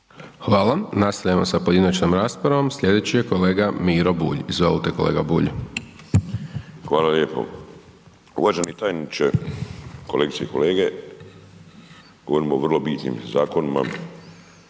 Hvala. Nastavljamo sa pojedinačnom raspravom. Sljedeći je kolega Miro Bulj. Izvolite kolega Bulj. **Bulj, Miro (MOST)** Hvala lijepo. Uvaženi tajniče, kolegice i kolege. Govorimo o vrlo bitnim zakonima